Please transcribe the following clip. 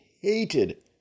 hated